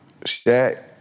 Shaq